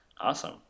Awesome